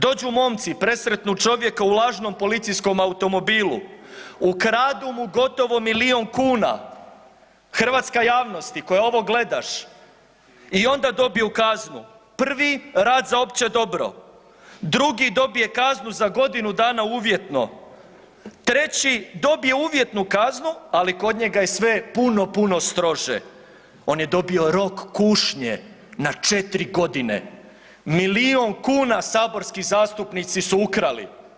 Dođu momci presretnu čovjeka u lažnom policijskom automobilu, ukradu mu gotovo milijun kuna, hrvatska javnosti koja ovo gledaš i onda dobiju kaznu, prvi rad za opće dobro, drugi dobije kaznu za godinu dana uvjetno, treći dobije uvjetnu kaznu ali kod njega je sve puno, puno strože, on je dobio rok kušnje na 4 godine, milijun kuna saborski zastupnici su ukrali.